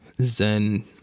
zen